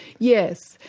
yes,